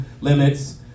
limits